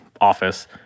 office